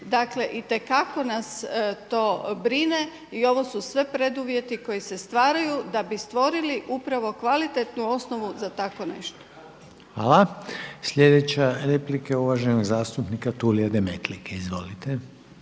Dakle, itekako nas to brine i ovo su sve preduvjeti koji se stvaraju da bi stvorili upravo kvalitetnu osnovu za tako nešto. **Reiner, Željko (HDZ)** Hvala. Slijedeća replika je uvaženog zastupnika Tulija Demetlike. Izvolite.